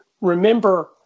remember